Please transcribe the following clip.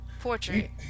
portrait